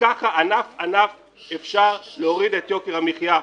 וכך ענף ענף אפשר להוריד את יוקר המחיה.